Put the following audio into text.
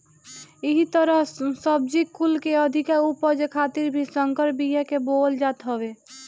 एही तहर सब्जी कुल के अधिका उपज खातिर भी संकर बिया के बोअल जात हवे